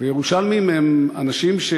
ירושלמים הם אנשים,